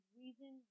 reason